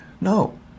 No